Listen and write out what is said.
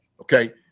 Okay